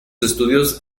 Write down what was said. estudios